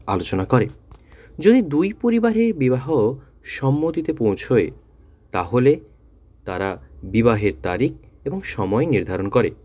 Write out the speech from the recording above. আলোচনা করে যদি দুই পরিবারের বিবাহ সম্মতিতে পৌঁছয় তাহলে তারা বিবাহের তারিখ এবং সময় নির্ধারণ করে